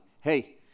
hey